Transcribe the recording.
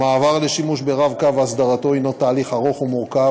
המעבר לשימוש ב"רב-קו" והסדרתו הנו תהליך ארוך ומורכב,